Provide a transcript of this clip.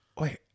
Wait